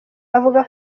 avuga